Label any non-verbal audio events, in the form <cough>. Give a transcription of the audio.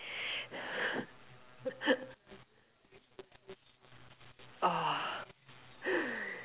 <laughs> !aww! <noise>